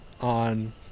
on